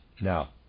Now